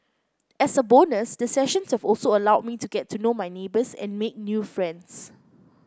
as a bonus the sessions have also allowed me to get to know my neighbours and make new friends